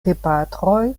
gepatroj